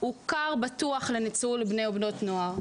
ייווצר כר פתוח לניצולם של בני ובנות הנוער.